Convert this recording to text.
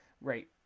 right